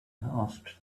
asked